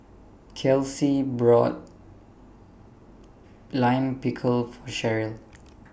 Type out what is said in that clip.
Kelcie bought Lime Pickle For Sherrill